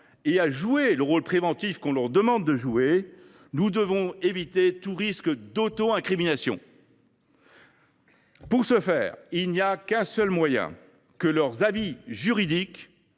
et à assumer le rôle préventif qu’on leur demande de jouer, nous devons éviter tout risque d’auto incrimination. Pour ce faire, il n’existe qu’un seul moyen : que leurs avis juridiques